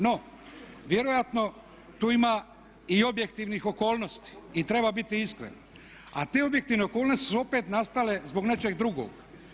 No, vjerojatno tu ima i objektivnih okolnosti i treba biti iskren, a te objektivne okolnosti su opet nastale zbog nečeg drugog.